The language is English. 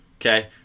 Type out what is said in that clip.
okay